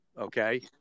Okay